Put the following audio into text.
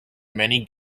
many